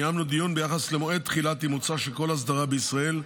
קיימנו דיון ביחס למועד תחילת אימוצה של כל אסדרה בישראל,